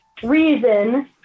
Reason